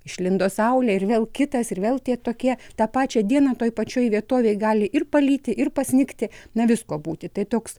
išlindo saulė ir vėl kitas ir vėl tie tokie tą pačią dieną toj pačioj vietovėj gali ir palyti ir pasnigti na visko būti tai toks